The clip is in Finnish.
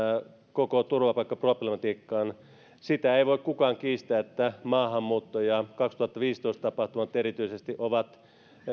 koko turvapaikkaproblematiikkaan sitä ei voi kukaan kiistää että maahanmuutto ja vuoden kaksituhattaviisitoista tapahtumat erityisesti ovat